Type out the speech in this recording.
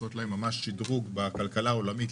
לעשות להן ממש שדרוג בכלכלה העולמית,